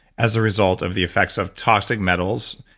as a result of the effects of toxic metals,